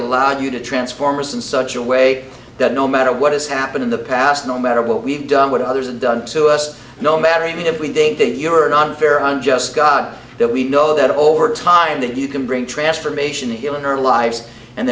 allowed you to transformers in such a way that no matter what has happened in the past no matter what we've done with others and done to us no matter even if we think that you are not unfair on just god that we know that over time that you can bring transformation here in our lives and